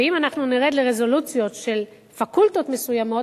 ואם אנחנו נרד לרזולוציות של פקולטות מסוימות,